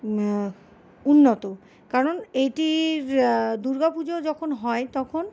উন্নত কারণ এইটির দুর্গাপুজো যখন হয় তখন